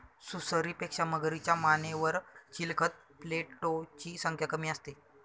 सुसरीपेक्षा मगरीच्या मानेवर चिलखत प्लेटोची संख्या कमी असते